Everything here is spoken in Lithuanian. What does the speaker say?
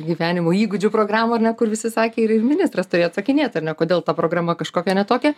gyvenimo įgūdžių programą ar ne kur visi sakė ir ministras turi atsakinėt ar ne kodėl ta programa kažkokia ne tokia